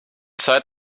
zeit